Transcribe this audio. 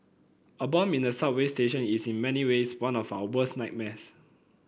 a bomb in a subway station is in many ways one of our worst nightmares